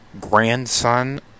Grandson